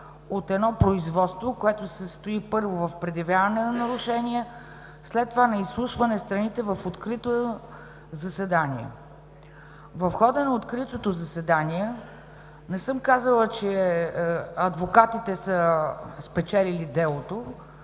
от едно производство, което се състои, първо, в предявяване на нарушение, след това на изслушване на страните в открито заседание. В хода на откритото заседание не съм казала, че адвокатите са спечелили делото.